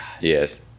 yes